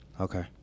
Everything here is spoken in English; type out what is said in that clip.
Okay